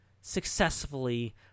successfully